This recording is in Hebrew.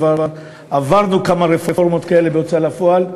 כבר עברנו כמה רפורמות כאלה בהוצאה לפועל,